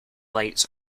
lights